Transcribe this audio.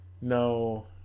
No